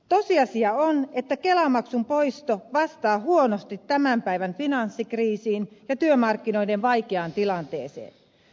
tosiasia on että kelamaksun poisto vastaa huonosti tämän päivän finanssikriisiin ja työmarkkinoiden vaikeaan tilanteeseen